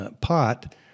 pot